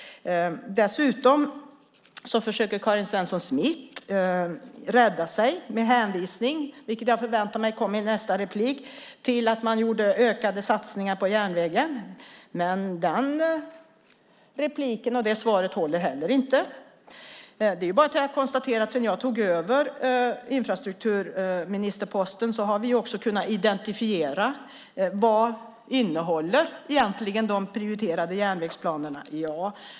Dessutom försöker Karin Svensson Smith rädda sig genom att hänvisa till att man gjorde ökade satsningar på järnvägen; jag förväntar mig att det kommer i nästa inlägg. Men inte heller det inlägget eller svaret håller. Det är bara att konstatera att sedan jag tog över infrastrukturministerposten har vi kunnat identifiera vad de prioriterade järnvägsplanerna innehåller.